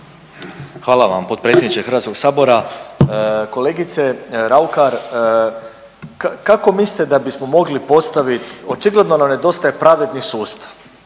Hvala vam potpredsjedniče Hrvatskog sabora. Kolegice Raukar kako mislite da bismo mogli postaviti, očigledno nam nedostaje pravedni sustav,